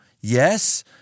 yes